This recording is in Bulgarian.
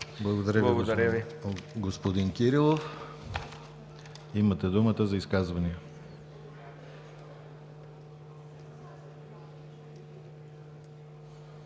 Благодаря Ви, уважаеми господин Кирилов. Имате думата за изказвания.